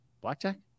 Blackjack